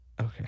Okay